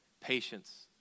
patience